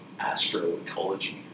astroecology